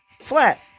flat